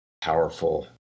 Powerful